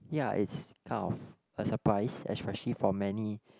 ya it's kind of a surprise especially for many